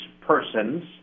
persons